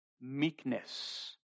Meekness